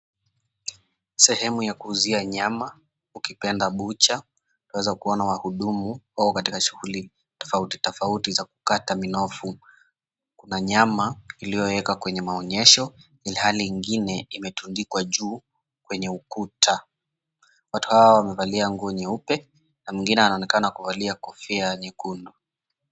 Sehemu ya kuuzia nyama ukipenda bucha 𝑡𝑢na𝑤eza kuona wahudumu wako katika shughuli tofauti tofauti za kukata minofu, kuna nyama iliyowekwa kwenye maonyesho ilhali ingine imetundikwa juu kwenye ukuta. Watu hawa wamevalia nguo nyeupe na mwingine anaonekana kuvalia kofia nyekundu.